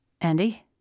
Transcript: Andy